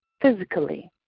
physically